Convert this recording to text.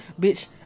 bitch